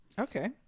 Okay